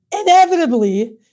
inevitably